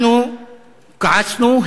אנחנו כעסנו,